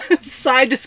side